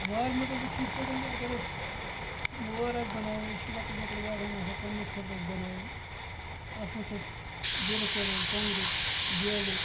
وارِ مَنٛزَن چھُ اِتھ پٲٹھۍ کہِ اَگَر اَسہِ وٲر آسہِ بَناوٕنۍ یہِ چھِ لَکٕٹ مَکٕٹ وارِہن آسان پانَس خٲطرٕ اَسہِ بَناوٕنۍ اَتھ مَنٛز چھُ اَسہِ ضرورت پیٚوان ٹوٚنٛگریُک بیلُک